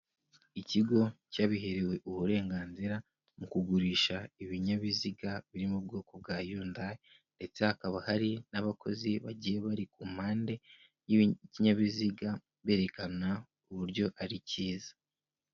Ikigo cyabiherewe uburenganzira mu kugurisha ibinyabiziga biri mu bwoko bwa Yundayi ndetse hakaba hari n'abakozi bagiye bari ku mpande y'ikinyabiziga berekana uburyo ari cyiza.